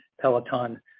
Peloton